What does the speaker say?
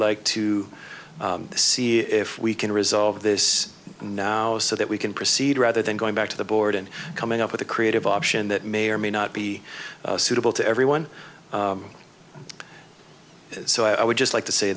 like to see if we can resolve this now so that we can proceed rather than going back to the board and coming up with a creative option that may or may not be suitable to everyone so i would just like to say